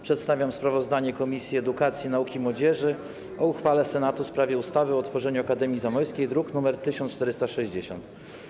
Przedstawiam sprawozdanie Komisji Edukacji, Nauki i Młodzieży o uchwale Senatu w sprawie ustawy o utworzeniu Akademii Zamojskiej, druk nr 1460.